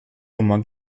nummer